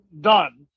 Done